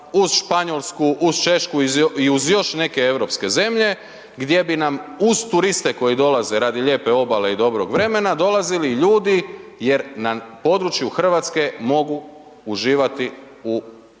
uz Španjolsku, uz Češku i uz još neke europske zemlje gdje bi nam uz turiste koji dolaze radi lijepe obale i dobrog vremena, dolazili ljudi, jer na području RH mogu uživati u drogama.